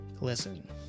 listen